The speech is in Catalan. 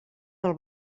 del